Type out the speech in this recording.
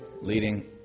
leading